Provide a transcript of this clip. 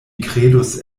kredus